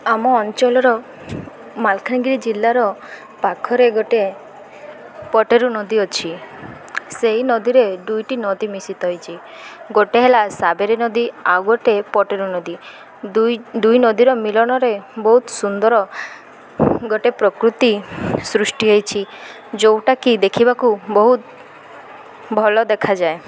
ଆମ ଅଞ୍ଚଳର ମାଲକାନଗିରି ଜିଲ୍ଲାର ପାଖରେ ଗୋଟେ ପଟରୁ ନଦୀ ଅଛି ସେଇ ନଦୀରେ ଦୁଇଟି ନଦୀ ମିଶିତ ହେଇଚି ଗୋଟେ ହେଲା ସାବରୀ ନଦୀ ଆଉ ଗୋଟେ ପଟେରୁ ନଦୀ ଦୁଇ ଦୁଇ ନଦୀର ମିଲନରେ ବହୁତ ସୁନ୍ଦର ଗୋଟେ ପ୍ରକୃତି ସୃଷ୍ଟି ହେଇଛି ଯୋଉଟାକି ଦେଖିବାକୁ ବହୁତ ଭଲ ଦେଖାଯାଏ